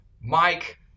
Mike